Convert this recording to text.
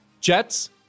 Jets